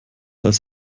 als